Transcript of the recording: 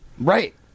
Right